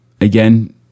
Again